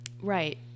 Right